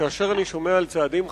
כאשר אני שומע "צעדים חד-צדדיים"